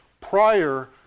prior